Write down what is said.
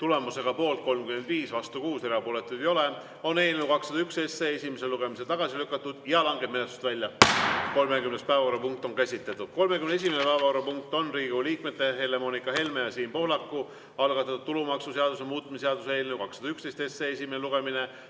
Tulemusega poolt 35, vastu 6, erapooletuid ei ole, on eelnõu 201 esimesel lugemisel tagasi lükatud ja langeb menetlusest välja. 30. päevakorrapunkt on käsitletud. 31. päevakorrapunkt on Riigikogu liikmete Helle-Moonika Helme ja Siim Pohlaku algatatud tulumaksuseaduse muutmise seaduse eelnõu 211 esimene lugemine.